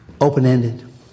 open-ended